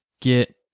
get